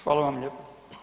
Hvala vam lijepo.